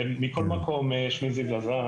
מכל מקום שמי זיו לזר,